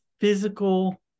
physical